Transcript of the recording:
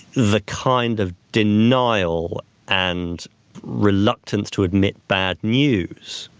the kind of denial and reluctance to admit bad news,